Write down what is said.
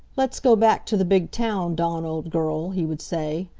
let's go back to the big town, dawn, old girl, he would say.